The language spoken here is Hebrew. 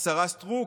השרה סטרוק,